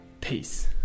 Peace